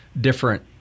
different